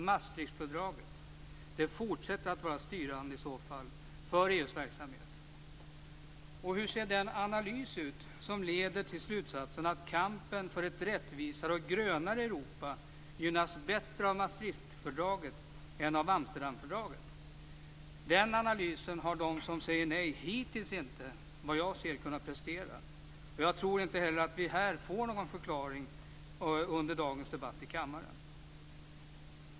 Maastrichtfördraget fortsätter att vara styrande för EU:s verksamhet i så fall. Hur ser den analys ut som leder till slutsatsen att kampen för ett rättvisare och grönare Europa gynnas bättre av Maastrichtfördraget än av Amsterdamfördraget? Den analysen har de som säger nej hittills inte, såvitt jag vet, kunnat prestera. Jag tror inte heller att vi under dagens debatt i kammaren får någon förklaring.